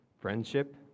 Friendship